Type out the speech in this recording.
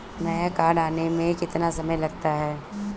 नया कार्ड आने में कितना समय लगता है?